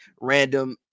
random